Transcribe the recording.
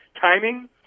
timing